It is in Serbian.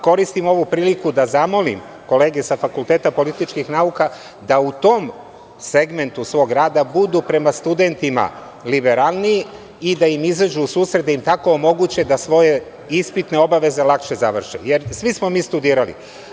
Koristim ovu priliku da zamolim kolege sa Fakulteta političkih nauka da u tom segmentu svog rada budu prema studentima liberalnije i da im izađu u susret, da im tako omoguće da svoje ispitne obaveze lakše završe, jer svi smo mi studirali.